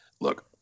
look